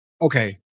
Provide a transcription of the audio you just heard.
Okay